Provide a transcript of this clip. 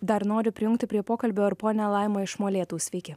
dar noriu prijungti prie pokalbio ir ponią laimą iš molėtų sveiki